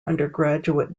undergraduate